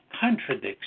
contradicts